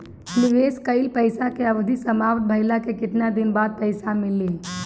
निवेश कइल पइसा के अवधि समाप्त भइले के केतना दिन बाद पइसा मिली?